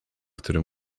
który